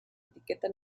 etiqueta